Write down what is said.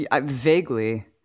Vaguely